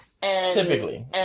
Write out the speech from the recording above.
Typically